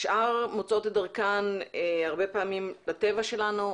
השאר מוצאות את דרכן הרבה פעמים לטבע שלנו,